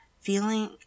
feeling